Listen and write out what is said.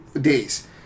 days